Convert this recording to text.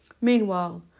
Meanwhile